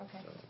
Okay